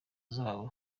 zabo